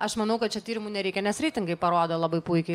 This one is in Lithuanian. aš manau kad čia tyrimų nereikia nes reitingai parodo labai puikiai